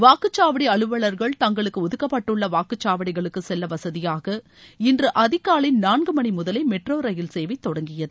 வாக்குச்சாவடி அலுவலர்கள் தங்களுக்கு ஒதுக்கப்பட்டுள்ள வாக்குச்சாவடிகளுக்கு செல்ல வசதியாக இன்று அதிகாலை நான்கு மணி முதலே மெட்ரோ ரயில் சேவை தொடங்கியது